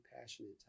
passionate